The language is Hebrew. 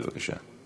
בבקשה.